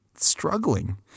struggling